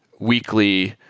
weekly,